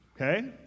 Okay